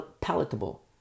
palatable